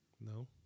No